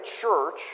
church